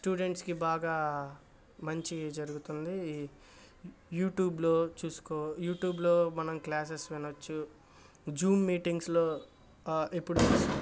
స్టూడెంట్స్కి బాగా మంచి జరుగుతుంది యూటూబ్లో చూసుకో యూటూబ్లో మనం క్లాసెస్ వినచ్చు జూమ్ మీటింగ్స్లో ఇప్పుడు